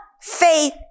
faith